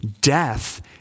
Death